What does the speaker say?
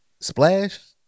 splash